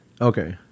Okay